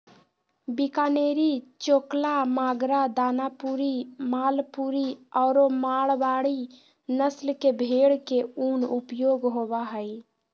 बीकानेरी, चोकला, मागरा, दानपुरी, मालपुरी आरो मारवाड़ी नस्ल के भेड़ के उन उपयोग होबा हइ